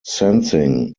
sensing